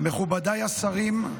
מכובדיי השרים,